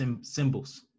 symbols